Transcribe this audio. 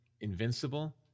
invincible